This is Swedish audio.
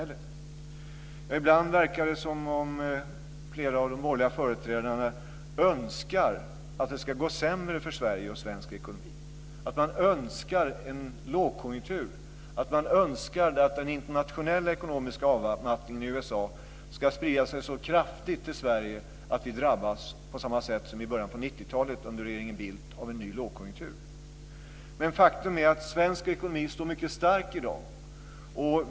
Ibland verkar det som om flera av de borgerliga företrädarna önskar att det ska gå sämre för Sverige och svensk ekonomi, önskar en lågkonjunktur, önskar att den internationella ekonomiska avmattningen i USA ska sprida sig så kraftigt till Sverige att vi drabbas, på samma sätt som i början av 90-talet under regeringen Bildt, av en ny lågkonjunktur. Faktum är dock att svensk ekonomi står mycket stark i dag.